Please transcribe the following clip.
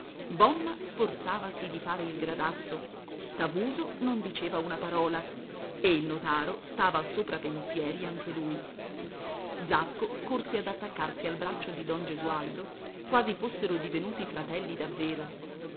vivi bomma sforzavasi di fare il gradasso tavuso non diceva una parola e il notaro stava soprapensieri anche lui zacco corse ad attaccarsi al braccio di don gesualdo quasi fossero divenuti fratelli davvero